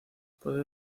puede